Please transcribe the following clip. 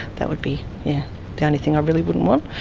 that would be the only thing i really wouldn't want.